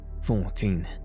fourteen